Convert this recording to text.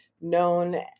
known